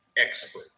expert